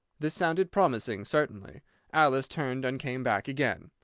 this sounded promising, certainly alice turned and came back again.